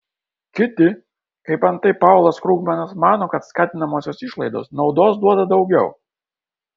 kiti kaip antai paulas krugmanas mano kad skatinamosios išlaidos naudos duoda daugiau